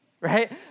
right